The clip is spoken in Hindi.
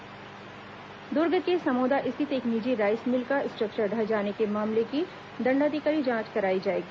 समोदा दंडाधिकारी जांच दुर्ग के समोदा स्थित एक निजी राईस मिल का स्ट्र क्चर ढह जाने के मामले की दंडाधिकारी जांच कराई जाएगी